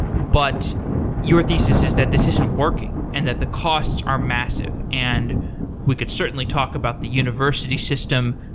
but your thesis is that this isn't working, and that the costs are massive. and we could certainly talk about the university system.